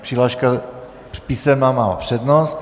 Přihláška písemná má přednost.